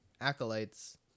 acolytes